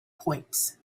points